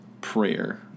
prayer